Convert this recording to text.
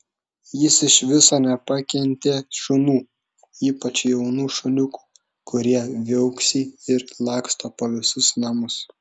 jis iš viso nepakentė šunų ypač jaunų šuniukų kurie viauksi ir laksto po visus namus